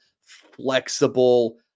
flexible